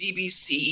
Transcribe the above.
BBC